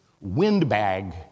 windbag